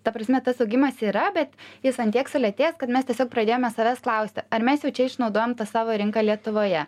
ta prasme tas augimas yra bet jis ant tiek sulėtėjęs kad mes tiesiog pradėjome savęs klausti ar mes jau čia išnaudojom tą savo rinką lietuvoje